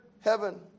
heaven